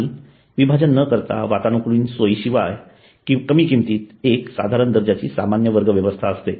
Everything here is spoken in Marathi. आणि विभाजन न करता वातानुकूलित सोई शिवाय कमी किमतीत एक साधारण दर्जाची सामान्य वर्ग व्यवस्था असते